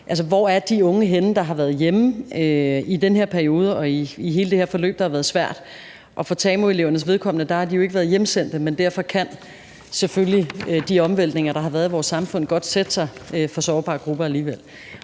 hvor de unge, der har været hjemme i den her periode og i hele det her forløb, der har været svært, er henne. For tamu-elevernes vedkommende har der jo ikke været hjemsendelse, men derfor kan de omvæltninger, der har været i vores samfund, selvfølgelig godt sætte sig for sårbare grupper alligevel.